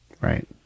Right